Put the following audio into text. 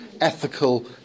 ethical